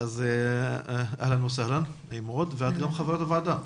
את גם חברת הוועדה.